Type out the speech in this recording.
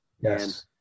Yes